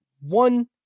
one